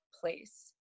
place